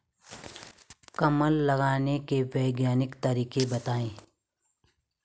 कमल लगाने के वैज्ञानिक तरीके बताएं?